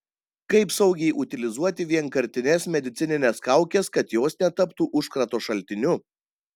kaip saugiai utilizuoti vienkartines medicinines kaukes kad jos netaptų užkrato šaltiniu